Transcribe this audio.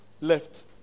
left